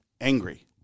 angry